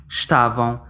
estavam